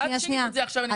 ואל תגידי לי עכשיו -- שנייה,